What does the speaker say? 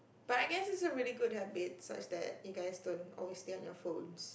but I guess it's a really good habit such that you guys don't always stay on your phones